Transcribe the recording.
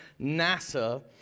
NASA